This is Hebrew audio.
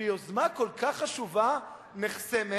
שיוזמה כל כך חשובה נחסמת,